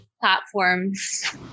platforms